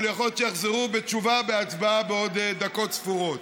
אבל יכול להיות שיחזרו בתשובה בהצבעה בעוד דקות ספורות.